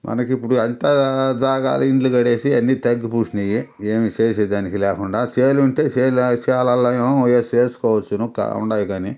మనకిప్పుడు అంతా జాగాలో ఇండ్లు కట్టేసి అన్నీ తగ్గి పూడ్చినాయి ఏమీ చేసేదానికి లేకుండా చేలుంటే చేల చేలల్లో ఏమో ఏసు ఏసుకోవచ్చును ఉండాయి కానీ